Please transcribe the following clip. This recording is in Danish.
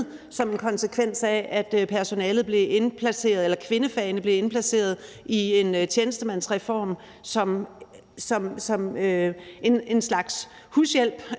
er en konsekvens af, at kvindefagene i tidernes morgen blev indplaceret i en tjenestemandsreform som en slags hushjælp,